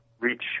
reach